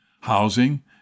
housing